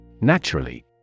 Naturally